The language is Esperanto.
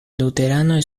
luteranoj